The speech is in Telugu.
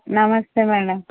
నమస్తే మేడం